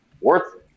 worth